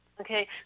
Okay